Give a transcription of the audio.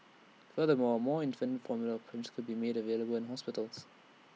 further more more infant formula prints could be made available in hospitals